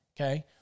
okay